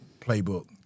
playbook